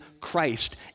Christ